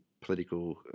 political